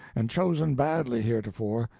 and chosen badly heretofore,